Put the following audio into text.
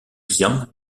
xian